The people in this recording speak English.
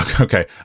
okay